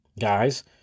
guys